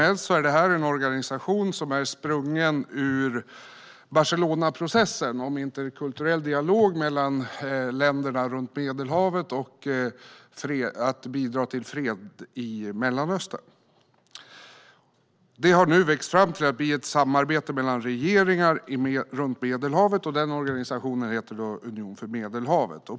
Det är en organisation som är sprungen ur Barcelonaprocessen om interkulturell dialog mellan länderna runt Medelhavet och om att bidra till fred i Mellanöstern. Detta har nu växt till att bli ett samarbete mellan regeringar runt Medelhavet, och den organisationen heter Unionen för Medelhavet.